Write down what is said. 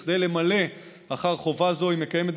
כדי למלא חובה זו היא מקיימת,